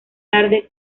tarde